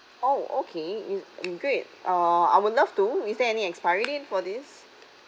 oh okay great uh I would love to is there any expiry date for this